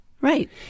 Right